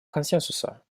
консенсуса